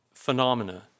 phenomena